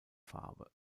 farbe